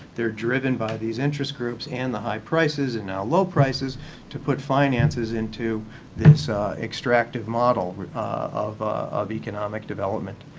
they're driven by these interest groups and the high prices and now low prices to put finances into this extractive model of of economic development.